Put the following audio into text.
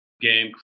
game